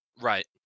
right